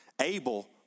Abel